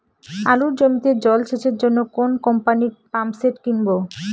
আলুর জমিতে জল সেচের জন্য কোন কোম্পানির পাম্পসেট কিনব?